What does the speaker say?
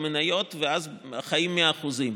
במניות, ואז חיים מאחוזים.